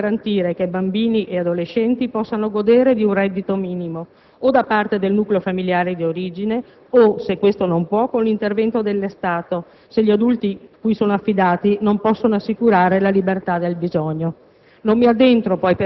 che sono, quindi, tenuti a garantire che bambini e adolescenti possano godere di un reddito minimo garantito o da parte del nucleo familiare di origine o, se questo non può, con intervento dello Stato, se gli adulti cui sono affidati non possono assicurare la libertà del bisogno.